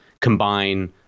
combine